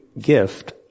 gift